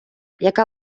яка